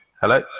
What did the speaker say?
Hello